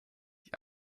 die